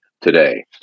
today